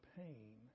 pain